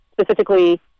specifically